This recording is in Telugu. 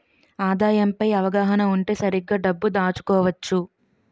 ఆదాయం పై అవగాహన ఉంటే సరిగ్గా డబ్బు దాచుకోవచ్చు